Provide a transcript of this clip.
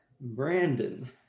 Brandon